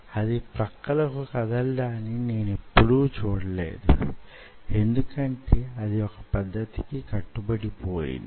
అది ప్రక్కలకు కదలడాన్ని నేనెప్పుడూ చూడలేదు ఎందుకంటే అది ఒక పద్ధతికి కట్టుబడి పోయింది